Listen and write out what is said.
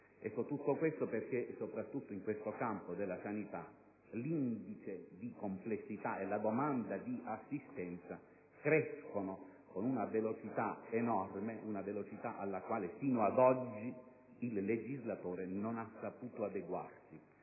patologia oncologica. Soprattutto in questo campo della sanità l'indice di complessità e la domanda di assistenza crescono con una velocità enorme, alla quale sino ad oggi il legislatore non ha saputo adeguarsi